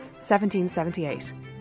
1778